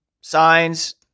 signs